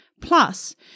Plus